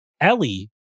Ellie